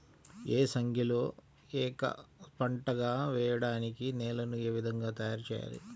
ఏసంగిలో ఏక పంటగ వెయడానికి నేలను ఏ విధముగా తయారుచేయాలి?